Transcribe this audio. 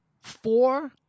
four